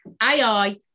AI